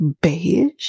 Beige